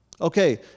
Okay